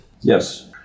Yes